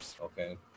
okay